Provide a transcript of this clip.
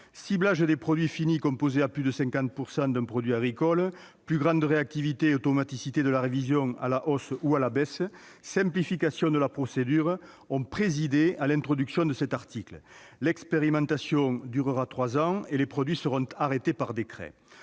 ciblage des produits finis composés à plus de 50 % d'un produit agricole, plus grande réactivité et automaticité de la révision à la hausse ou à la baisse, simplification de la procédure ont présidé à l'introduction de l'article 2. L'expérimentation durera trois ans et les produits seront arrêtés par décret.